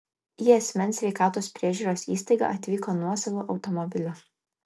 į asmens sveikatos priežiūros įstaigą atvyko nuosavu automobiliu